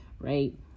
Right